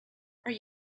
are